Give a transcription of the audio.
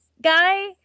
guy